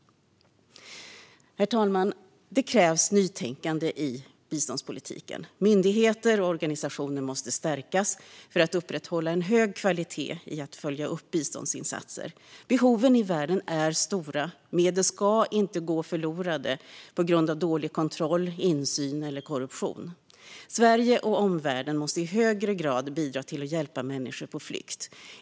Herr talman! Det krävs nytänkande i biståndspolitiken. Myndigheter och organisationer måste stärkas för att upprätthålla en hög kvalitet i att följa upp biståndsinsatser. Behoven i världen är stora, och medel ska inte gå förlorade på grund av dålig kontroll, dålig insyn eller korruption. Sverige och omvärlden måste i högre grad bidra till att hjälpa människor på flykt.